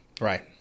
Right